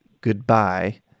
goodbye